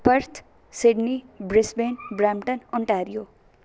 Perth Sydney Brisbane Brampton Ontario